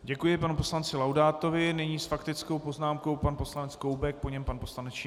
Děkuji panu poslanci Laudátovi, nyní s faktickou poznámkou pan poslanec Koubek, po něm pan poslanec Šincl.